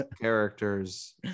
characters